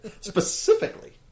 Specifically